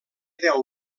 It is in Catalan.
deu